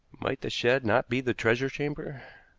might the shed not be the treasure chamber?